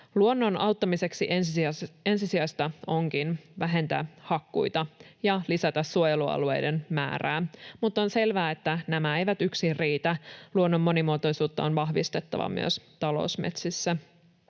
Luonnon auttamiseksi ensisijaista onkin vähentää hakkuita ja lisätä suojelualueiden määrää. Mutta on selvää, että nämä eivät yksin riitä. Luonnon monimuotoisuutta on vahvistettava myös talousmetsissä.